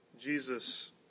Jesus